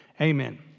Amen